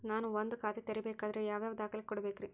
ನಾನ ಒಂದ್ ಖಾತೆ ತೆರಿಬೇಕಾದ್ರೆ ಯಾವ್ಯಾವ ದಾಖಲೆ ಕೊಡ್ಬೇಕ್ರಿ?